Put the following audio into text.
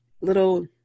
little